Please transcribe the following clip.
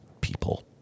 people